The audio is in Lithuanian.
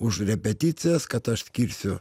už repeticijas kad aš skirsiu